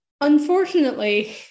Unfortunately